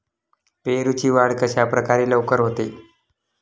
पेरूची वाढ कशाप्रकारे लवकर होते?